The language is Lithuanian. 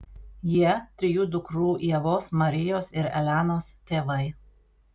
jie trijų dukrų ievos marijos ir elenos tėvai